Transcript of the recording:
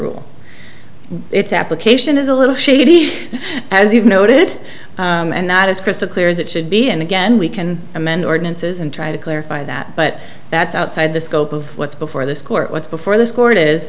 rule its application is a little shady as you've noted and that is crystal clear as it should be and again we can amend ordinances and try to clarify that but that's outside the scope of what's before this court what's before this court is